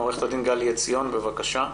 עו"ד גלי עציון, בבקשה.